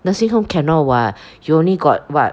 nursing home cannot what you only got [what]